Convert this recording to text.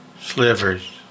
slivers